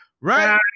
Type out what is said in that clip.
Right